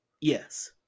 Yes